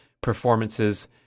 performances